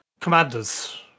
commanders